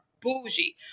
bougie